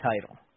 title